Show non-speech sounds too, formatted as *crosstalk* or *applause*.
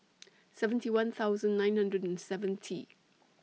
*noise* seventy one thousand nine hundred and seventy